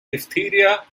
diphtheria